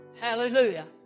Hallelujah